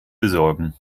besorgen